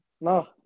No